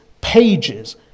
pages